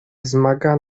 wzmaga